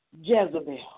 Jezebel